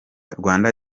rwanda